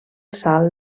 salt